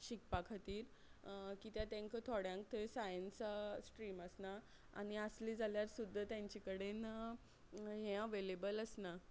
शिकपा खातीर कित्या तेंकां थोड्यांक थंय सायन्सा स्ट्रीम आसना आनी आसली जाल्यार सुद्दां तेंचे कडेन हें अवेलेबल आसना